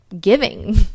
giving